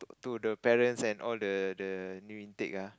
to the parents and all the the new intake ah